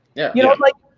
yeah. you know like,